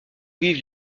vivent